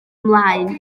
mlaen